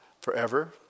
Forever